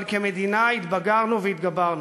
אבל כמדינה התבגרנו והתגברנו.